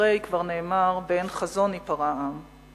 הרי כבר נאמר: באין חזון ייפרע עם.